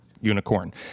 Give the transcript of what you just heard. unicorn